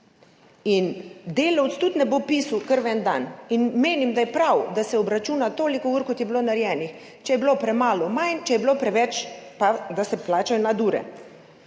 In delavec tudi ne bo pisal kar v en dan in menim, da je prav, da se obračuna toliko ur, kot je bilo narejenih – če jih je bilo premalo, manj, če jih je bilo preveč, pa se plačajo nadure.